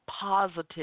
positive